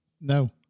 No